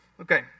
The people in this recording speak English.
Okay